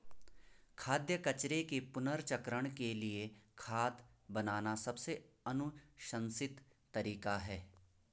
खाद्य कचरे के पुनर्चक्रण के लिए खाद बनाना सबसे अनुशंसित तरीका है